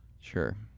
Sure